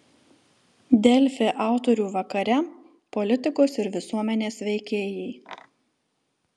delfi autorių vakare politikos ir visuomenės veikėjai